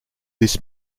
this